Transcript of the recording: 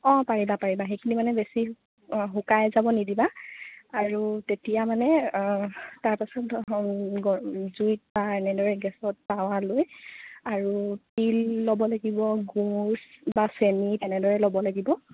অঁ পাৰিবা পাৰিবা সেইখিনি মানে বেছি শুকাই যাব নিদিবা আৰু তেতিয়া মানে তাৰপাছত জুঁইত বা এনেদৰে গেছত তাৱা লৈ আৰু তিল ল'ব লাগিব গুৰ বা চেনি তেনেদৰে ল'ব লাগিব